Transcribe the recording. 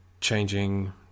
changing